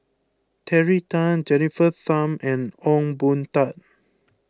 Terry Tan Jennifer Tham and Ong Boon Tat